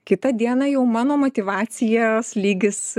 kitą dieną jau mano motyvacijos lygis